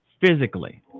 physically